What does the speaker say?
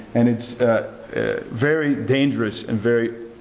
and it's very dangerous and very